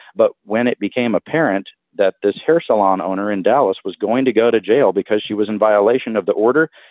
but when it became apparent that this hair salon owner in dallas was going to go to jail because she was in violation of the order,